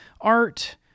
art